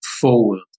forward